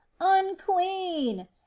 Unclean